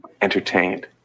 entertained